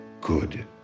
good